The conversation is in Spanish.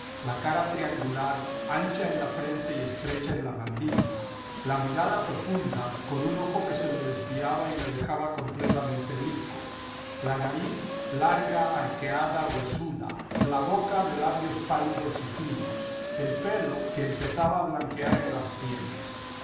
la cara triangular ancha en la frente y estrecha en la mandíbula la mirada profunda con un ojo que se le desviaba y le dejaba completamente bizco la nariz larga arqueada huesuda la boca de labios pálidos y ñnos el pelo que empezaba a blanquear en las sienes